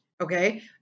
okay